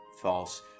false